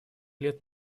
лет